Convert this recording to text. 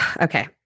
Okay